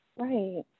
Right